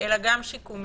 אלא גם שיקומיים.